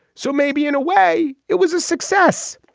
so maybe in a way it was a success.